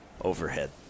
overhead